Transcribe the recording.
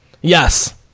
Yes